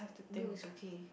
no it's okay